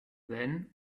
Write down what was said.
then